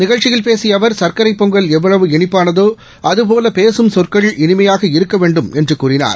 நிகழ்ச்சியில் பேசிய அவர் சர்க்கரைப் பொங்கல் எவ்வளவு இனிப்பானதோ அதுபோல பேசும் சொற்கள் இனிமையாக இருக்க வேண்டும் என்று கூறினார்